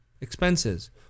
expenses